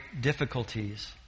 difficulties